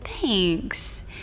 Thanks